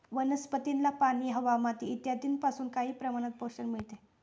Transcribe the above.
वनस्पतींना पाणी, हवा, माती इत्यादींपासून काही प्रमाणात पोषण मिळते